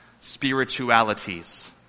Spiritualities